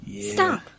Stop